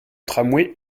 tramway